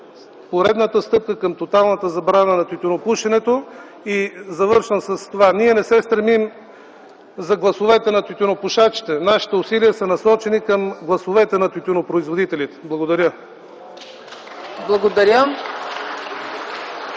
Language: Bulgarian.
поредната стъпка към тоталната забрана на тютюнопушенето. Завършвам с това, че ние не се стремим към гласовете на тютюнопушачите. Нашите усилия са насочени към гласовете на тютюнопроизводителите. Благодаря.